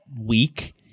week